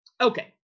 Okay